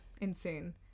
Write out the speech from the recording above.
insane